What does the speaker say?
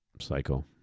cycle